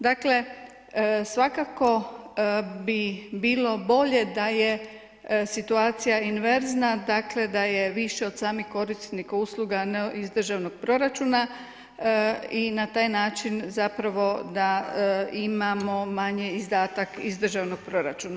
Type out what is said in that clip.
Dakle, svakako bi bilo bolje da je situacija inverzna, dakle, da je više od samih korisnika usluga iz državnog proračuna i na taj način zapravo da imamo manje izdatak iz državnog proračuna.